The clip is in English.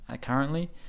currently